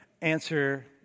answer